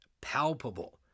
palpable